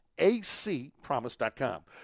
acpromise.com